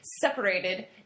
separated